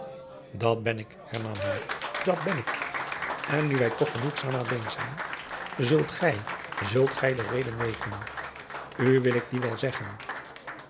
dat ben ik hernam hij dat ben ik en nu wij toch genoegzaam alleen zijn zult gij zult gij de reden weten u wil ik die wel zeggen